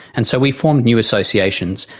and so we formed new associations.